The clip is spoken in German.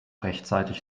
rechtzeitig